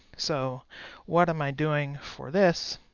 so what am i doing for this?